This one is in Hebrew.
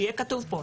שזה יהיה כתוב פה,